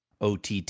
OTT